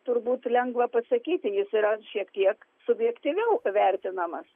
turbūt lengva pasakyti jis yra šiek tiek subjektyviau vertinamas